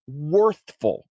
worthful